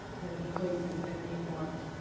than the places that they marked